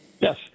Yes